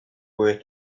worth